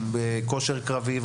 עם כושר קרבי,